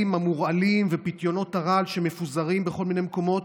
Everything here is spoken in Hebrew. המורעלים ופיתיונות הרעל שמפוזרים בכל מיני מקומות,